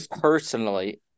personally –